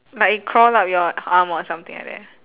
like it crawl up your arm or something like that